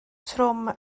trwm